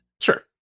Sure